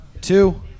Two